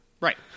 Right